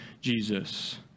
Jesus